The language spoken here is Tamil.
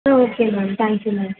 ah okay ma'am thank you ma'am